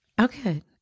Okay